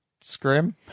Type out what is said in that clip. scrim